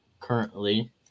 currently